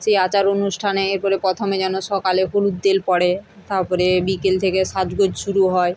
সেই আচার অনুষ্ঠানে এর পরে প্রথমে যেন সকালে হলুদ তেল পড়ে তারপরে বিকেল থেকে সাজগোজ শুরু হয়